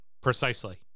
Precisely